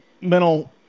mental